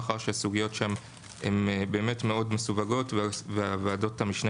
מאחר שהסוגיות שם באמת מסווגות מאוד וועדות המשנה